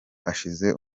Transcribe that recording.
hashize